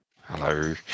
Hello